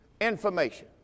information